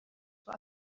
zur